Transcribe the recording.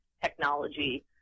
technology